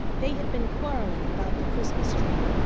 they had been quarreling about the christmas tree,